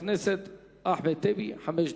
חבר הכנסת אחמד טיבי, חמש דקות.